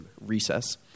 recess